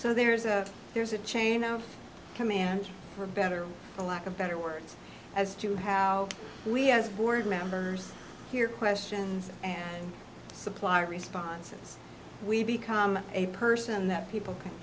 so there's a there's a chain of command for better or for lack of better words as to how we as board members hear questions and supply responses we become a person that people can